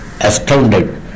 astounded